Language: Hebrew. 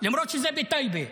למרות שזה בטייבה.